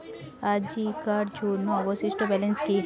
আজিকার জন্য অবশিষ্ট ব্যালেন্স কি?